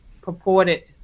purported